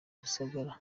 rusagara